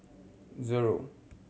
zero